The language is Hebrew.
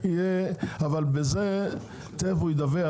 אבל זה תיכף הוא ידווח,